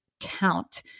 count